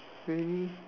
really